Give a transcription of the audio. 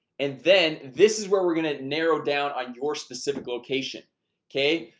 and then this is where we're gonna narrow down on your specific location ok,